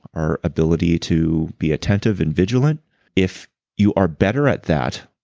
our ability to be attentive and vigilant if you are better at that,